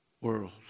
world